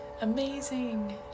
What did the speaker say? amazing